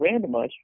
randomized